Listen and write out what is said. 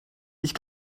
ich